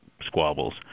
squabbles